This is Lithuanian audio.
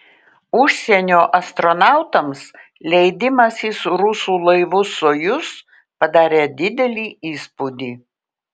užsienio astronautams leidimasis rusų laivu sojuz padarė didelį įspūdį